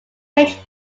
page